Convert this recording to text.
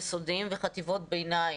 יסודיים וחטיבות ביניים.